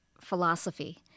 philosophy